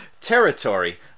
territory